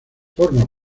forma